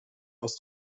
aus